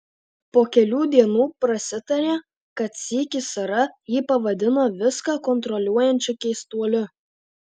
po kelių dienų prasitarė kad sykį sara jį pavadino viską kontroliuojančiu keistuoliu